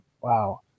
Wow